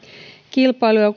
kilpailu ja